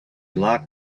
locked